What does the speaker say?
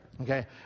okay